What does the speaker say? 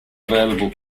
available